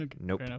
Nope